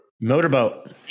motorboat